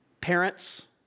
Parents